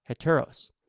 heteros